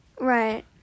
right